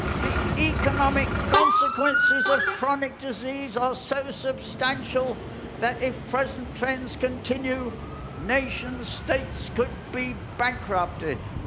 the economic consequences of chronic disease are so substantial that if present trends continue nation states could be bankrupted.